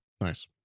Nice